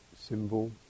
symbol